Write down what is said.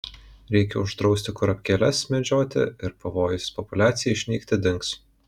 reikia uždrausti kurapkėles medžioti ir pavojus populiacijai išnykti dings